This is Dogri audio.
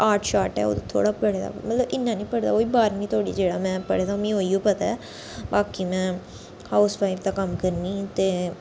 आर्ट शार्ट ऐ ओह् थोह्ड़ा पढ़े दा मतलब इन्ना नी पढ़े दा ओह् ही बारमीं धोड़ी जेह्ड़ा में पढ़ा ते मि ओह् इयो पता बाकी में हाउस बाईफ दा कम्म करनी ते